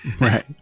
Right